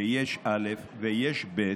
שיש א' ויש ב'